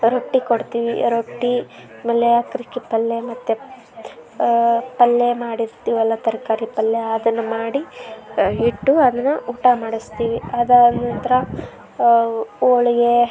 ರೊಟ್ಟಿ ಕೊಡ್ತೀವಿ ರೊಟ್ಟಿ ಆಮೇಲೆ ಅಕ್ರಕ್ಕಿ ಪಲ್ಯ ಮತ್ತು ಪಲ್ಲೆ ಮಾಡಿರ್ತೀವಲ್ಲ ತರಕಾರಿ ಪಲ್ಯ ಅದನ್ನು ಮಾಡಿ ಇಟ್ಟು ಅದನ್ನು ಊಟ ಮಾಡಿಸ್ತೀವಿ ಅದಾದ ನಂತರ ಹೋಳ್ಗೆ